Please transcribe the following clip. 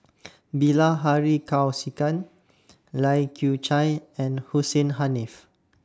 Bilahari Kausikan Lai Kew Chai and Hussein Haniff